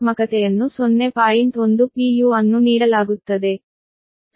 u ಅನ್ನು ನೀಡಲಾಗುತ್ತದೆ